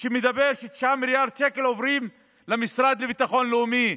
שמדבר על זה ש-9 מיליארד שקלים עוברים למשרד לביטחון לאומי.